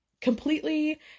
completely